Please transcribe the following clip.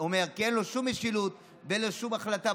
כי אין לו שום משילות ואין לו שום החלטה,